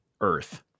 Earth